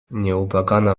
nieubłagana